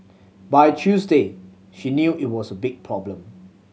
by Tuesday she knew it was a big problem